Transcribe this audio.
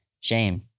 Shame